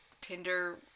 Tinder